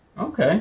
Okay